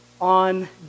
on